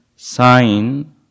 sign